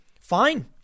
fine—